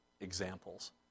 examples